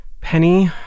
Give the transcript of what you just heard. Penny